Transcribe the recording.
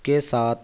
کے ساتھ